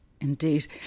Indeed